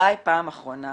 מתי פעם אחרונה